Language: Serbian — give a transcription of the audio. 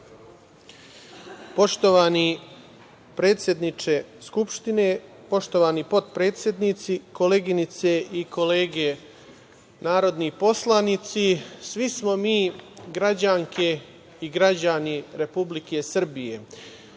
Poštovani predsedniče Skupštine, poštovani potpredsednici, koleginice i kolege narodni poslanici, svi smo mi građanke i građani Republike Srbije,